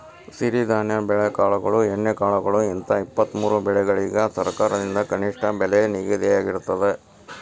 ಸಿರಿಧಾನ್ಯ ಬೆಳೆಕಾಳುಗಳು ಎಣ್ಣೆಕಾಳುಗಳು ಹಿಂತ ಇಪ್ಪತ್ತಮೂರು ಬೆಳಿಗಳಿಗ ಸರಕಾರದಿಂದ ಕನಿಷ್ಠ ಬೆಲೆ ನಿಗದಿಯಾಗಿರ್ತದ